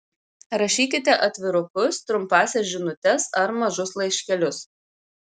rašykite atvirukus trumpąsias žinutes ar mažus laiškelius